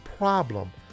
problem